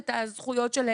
את הזכויות שלהם בעניין.